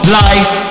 life